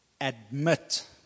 Admit